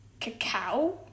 Cacao